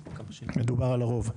מדובר על הרוב.